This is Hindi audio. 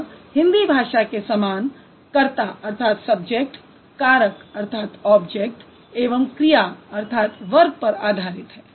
यह हिन्दी भाषा के समान कर्ता कारक एवं क्रिया पर आधारित है